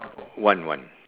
one one